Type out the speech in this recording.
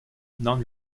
non